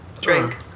drink